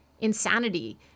insanity